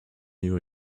new